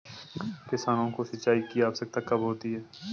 किसानों को सिंचाई की आवश्यकता कब होती है?